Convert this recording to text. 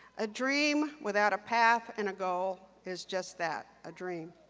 a dream without a path and a goal is just that, a dream.